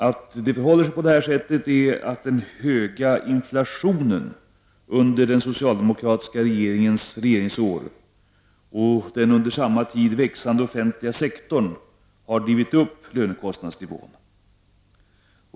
Att lönenivån är så hög beror på att den höga inflationen under de socialdemokratiska regeringsåren och den under samma tid växande offentliga sektorn har drivit upp lönekostnadsnivån.